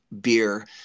beer